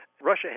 Russia